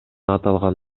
аталган